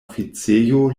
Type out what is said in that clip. oficejo